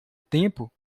tempo